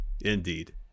indeed